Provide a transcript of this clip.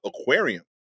Aquarium